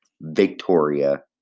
Victoria